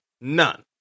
None